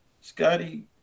Scotty